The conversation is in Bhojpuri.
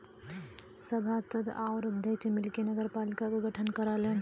सभासद आउर अध्यक्ष मिलके नगरपालिका क गठन करलन